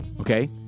Okay